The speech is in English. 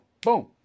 boom